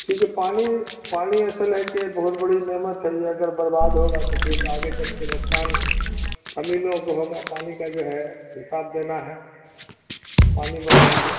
ٹھیک ہے پانی پانی اصل ہے کہ بہت بڑی نعمت ہے یہ اگر برباد ہوگا تو پھر آگے چل کے نقصان ہم ہی لوگوں کو ہوگا پانی کا جو ہے حساب دینا ہے پانی بڑا ہے کہ